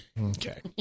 Okay